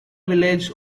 village